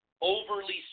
overly